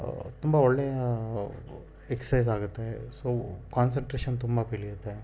ತುಂಬ ಒಳ್ಳೆಯ ಎಕ್ಸೈಸ್ ಆಗುತ್ತೆ ಸೊ ಕಾನ್ಸಂಟ್ರೇಶನ್ ತುಂಬ ಬೆಳೆಯತ್ತೆ